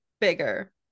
bigger